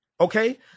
Okay